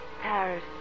Paris